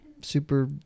super